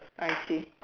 I see